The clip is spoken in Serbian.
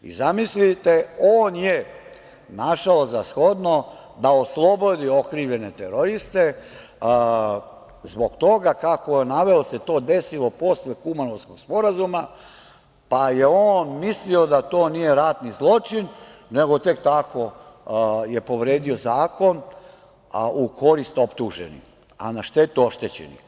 I zamislite, on je našao za shodno da oslobodi okrivljene teroriste, zbog toga kako je naveo, se to desilo posle Kumanovskog sporazuma, pa je on mislio da to nije ratni zločin, nego tek tako je povredio zakon u korist optuženih, a na štetu oštećenih.